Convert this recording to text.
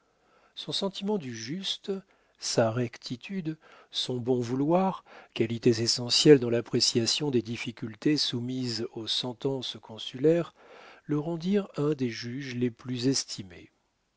son sentiment du juste sa rectitude son bon vouloir qualités essentielles dans l'appréciation des difficultés soumises aux sentences consulaires le rendirent un des juges les plus estimés